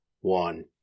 one